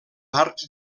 arcs